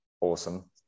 awesome